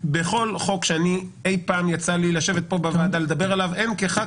בכל חוק שאי פעם יצא לי אי פעם בוועדה לדבר עליו הן כחבר